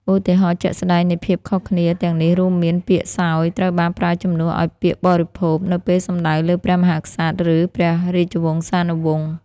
ឧទាហរណ៍ជាក់ស្តែងនៃភាពខុសគ្នាទាំងនេះរួមមាន ពាក្យ សោយ ត្រូវបានប្រើជំនួសឱ្យពាក្យ បរិភោគ នៅពេលសំដៅលើព្រះមហាក្សត្រ ឬព្រះរាជវង្សានុវង្ស។